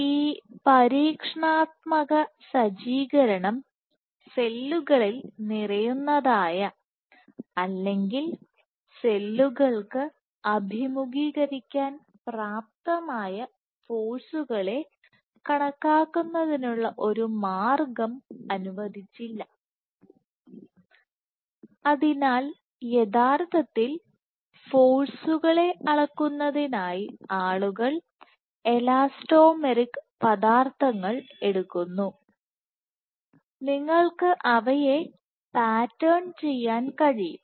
ഈ പരീക്ഷണാത്മക സജ്ജീകരണം സെല്ലുകളിൽ നിറയുന്നതായ അല്ലെങ്കിൽ സെല്ലുകൾക്ക് അഭിമുഖീകരിക്കാൻ പ്രാപ്തമായ ഫോഴ്സുകളെ കണക്കാക്കുന്നതിനുള്ള ഒരു മാർഗ്ഗം അനുവദിച്ചില്ല അതിനാൽ യഥാർത്ഥത്തിൽ ഫോഴ്സുകളെ അളക്കുന്നതിനായി ആളുകൾ എലാസ്റ്റോമെറിക് പദാർത്ഥങ്ങൾ എടുക്കുന്നു നിങ്ങൾക്ക് അവയെ പാറ്റേൺ ചെയ്യാൻ കഴിയും